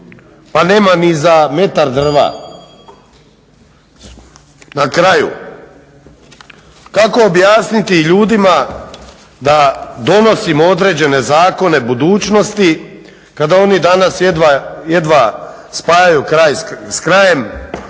Pa nema ni za metar drva. Na kraju, kako objasniti ljudima da donosimo određene zakone budućnosti kada oni danas jedva spajaju kraj s krajem,